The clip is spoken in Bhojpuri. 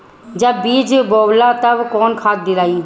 जब बीज बोवाला तब कौन खाद दियाई?